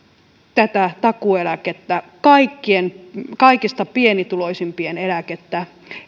tätä takuueläkettä kaikista pienituloisimpien eläkettä